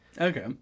Okay